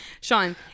Sean